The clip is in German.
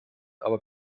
aber